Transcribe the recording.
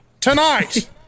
Tonight